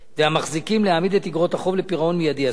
והמחזיקים להעמיד את איגרות החוב לפירעון מיידי.